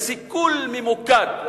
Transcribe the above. זה סיכול ממוקד,